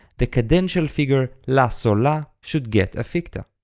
the cadential figure la-sol-la should get a ficta.